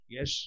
Yes